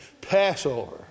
Passover